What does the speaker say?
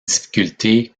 difficultés